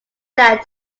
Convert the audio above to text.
that